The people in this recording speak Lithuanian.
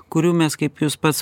kurių mes kaip jūs pats